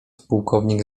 pułkownik